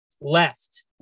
left